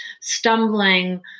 stumbling